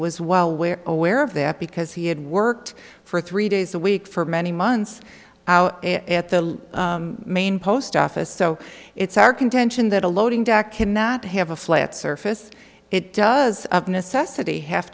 was well where aware of that because he had worked for three days a week for many months at the main post office so it's our contention that a loading dock cannot have a flat surface it does of necessity have